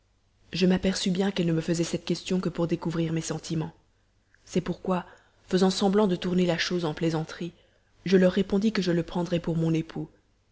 je m'aperçus bien qu'elles ne me faisaient cette question que pour découvrir mes sentiments c'est pourquoi faisant semblant de tourner la chose en plaisanterie je leur répondis que je le prendrais pour mon époux